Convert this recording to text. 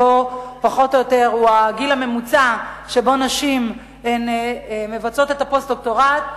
שהוא הגיל הממוצע שבו נשים מבצעות את הפוסט-דוקטורט,